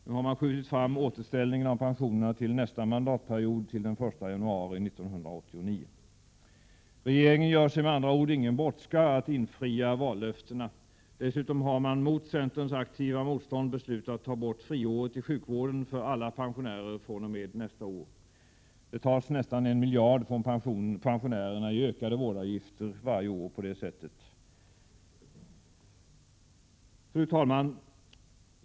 Nu har man skjutit fram återställningen av pensionerna till nästa mandatperiod — till den 1 januari 1989. Regeringen gör sig med andra ord ingen brådska att infria vallöftena. Dessutom har man mot centerns aktiva motstånd beslutat ta bort friåret i sjukvården för alla pensionärer fr.o.m. nästa år. Det tas på det sättet nästan en miljard från pensionärerna i ökade vårdavgifter varje år. Fru talman!